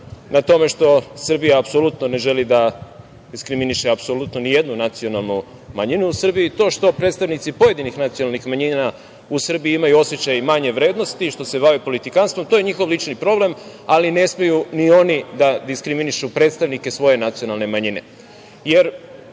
na tome što Srbija apsolutno ne želi da diskriminiše apsolutno ni jednu nacionalnu manjinu u Srbiji. To što predstavnici pojedinih nacionalnih manjina u Srbiji imaju osećaj manje vrednosti i što se bave politikanstvom to je njihov lični problem, ali ne smeju ni oni da diskriminišu predstavnike svoje nacionalne manjine,